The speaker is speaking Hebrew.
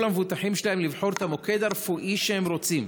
למבוטחים שלהן לבחור את המוקד הרפואי שהם רוצים?